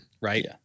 Right